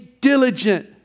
diligent